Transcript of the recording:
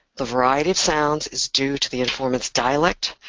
the variety of sounds is due to the informant's dialect,